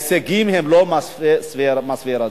ההישגים הם לא משביעי רצון.